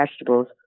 vegetables